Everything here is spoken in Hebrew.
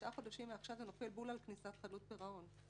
תשעה חודשים מעכשיו זה נופל בול על כניסת חדלות פירעון.